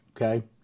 okay